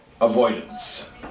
avoidance